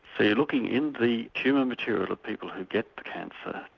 so you're looking in the tumour material of people who get the cancer,